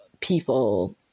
people